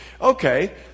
okay